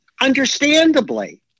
understandably